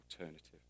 alternative